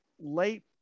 late